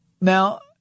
Now